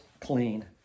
clean